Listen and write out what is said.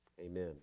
Amen